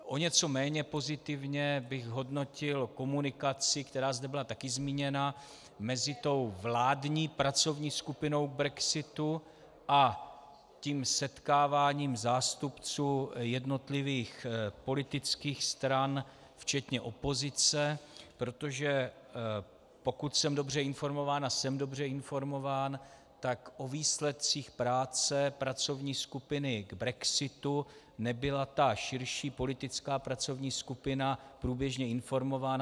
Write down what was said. O něco méně pozitivně bych hodnotil komunikaci, která zde byla také zmíněna, mezi vládní pracovní skupinou k brexitu a tím setkáváním zástupců jednotlivých politických stran včetně opozice, protože pokud jsem dobře informován, a jsem dobře informován, tak o výsledcích práce pracovní skupiny k brexitu nebyla ta širší politická pracovní skupina průběžně informována.